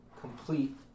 complete